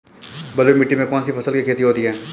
बलुई मिट्टी में कौनसी फसल की खेती होती है?